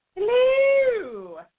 Hello